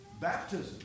Baptism